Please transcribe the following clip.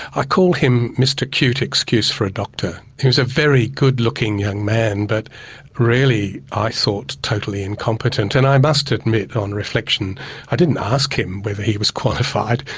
i called him mr cute excuse for a doctor, he was a very good looking young man but really i thought totally incompetent, and i must admit on reflection i didn't ask him whether he was qualified.